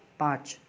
पाँच